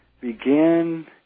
begin